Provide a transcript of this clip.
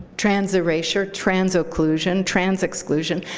trans erasure, trans occlusion, trans exclusion,